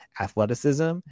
athleticism